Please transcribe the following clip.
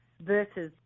versus